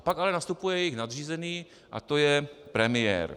Pak ale nastupuje jejich nadřízený, to je premiér.